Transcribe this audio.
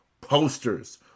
posters